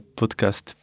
podcast